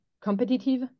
competitive